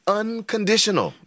unconditional